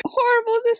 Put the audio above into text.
horrible